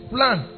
Plan